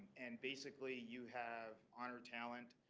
and basically you have honored talent,